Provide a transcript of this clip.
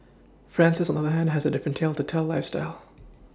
Francis on the other hand has a different tale to tell lifeStyle